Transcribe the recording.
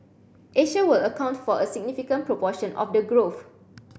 Asia will account for a significant proportion of the growth